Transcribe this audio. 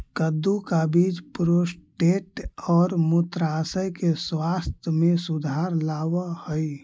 कद्दू का बीज प्रोस्टेट और मूत्राशय के स्वास्थ्य में सुधार लाव हई